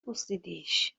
بوسیدیش